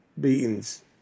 beatings